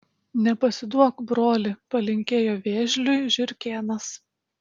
nepasiduok broli palinkėjo vėžliui žiurkėnas